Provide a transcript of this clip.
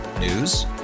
News